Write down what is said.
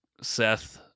Seth